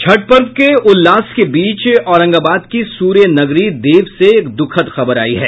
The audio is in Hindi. छठ पर्व के उल्लास के बीच औरंगाबाद की सूर्यनगरी देव से एक दुखद खबर आयी है